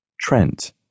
Trent